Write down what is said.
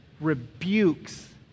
rebukes